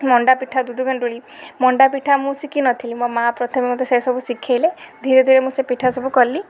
ମଣ୍ଡା ପିଠା ଦୁଧ ଗେଣ୍ଡୁଳି ମଣ୍ଡା ପିଠା ମୁଁ ଶିଖିନଥିଲି ମୋ ମାଆ ପ୍ରଥମେ ମୋତେ ସେସବୁ ଶିଖାଇଲେ ଧୀରେ ଧୀରେ ମୁଁ ସେ ପିଠା ସବୁ କଲି